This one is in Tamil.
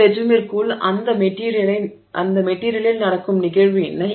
இந்த ரெஜிமிற்குள் அந்த மெட்டிரியலில் நடக்கும் நிகழ்வு என்ன